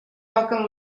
toquen